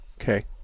Okay